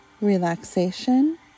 relaxation